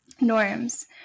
norms